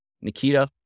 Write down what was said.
Nikita